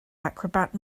acrobat